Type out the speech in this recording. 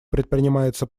предпринимается